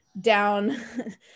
down